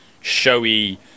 showy